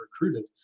recruited